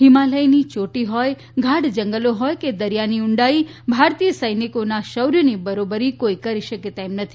હિમાલયની ચોટી હોય ગાઢ જંગલો હોય કે દરિયાની ઉંડાઇ ભારતીય સૈનિકોના શૌર્યની બરોબરી કોઇ કરી શકે તેમ નથી